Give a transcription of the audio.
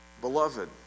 Beloved